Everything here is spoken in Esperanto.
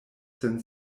sen